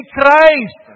Christ